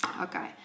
okay